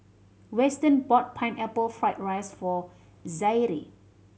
Weston bought Pineapple Fried rice for Zaire